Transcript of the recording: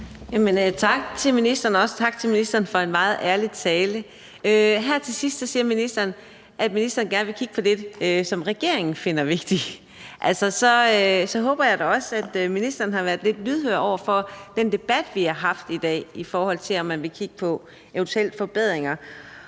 tak til ministeren for en meget ærlig tale. Her til sidst siger ministeren, at ministeren gerne vil kigge på det, som regeringen finder vigtigt. Så håber jeg da også, at ministeren har været lidt lydhør over for den debat, vi har haft i dag, i forhold til om man vil kigge på eventuelle forbedringer.